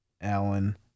Alan